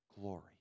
glory